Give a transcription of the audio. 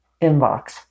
inbox